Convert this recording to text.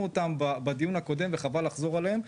אותם בדיון הקודם וחבל לחזור עליהם,